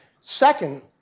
Second